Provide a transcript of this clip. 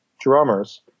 drummers